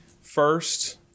First